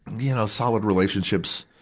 you know, solid relationships.